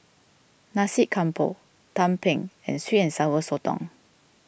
Nasi Campur Tumpeng and Sweet and Sour Sotong